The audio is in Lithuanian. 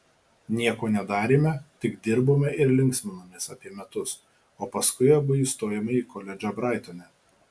nieko nedarėme tik dirbome ir linksminomės apie metus o paskui abu įstojome į koledžą braitone